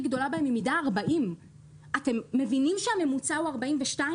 גדולה בהן היא מידה 40. אתם מבינים שהממוצע הוא 42?